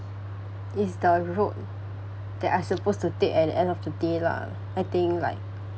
it's the road that I supposed to take at the end of the day lah I think like